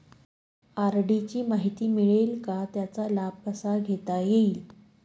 RD ची माहिती मिळेल का, त्याचा लाभ कसा घेता येईल?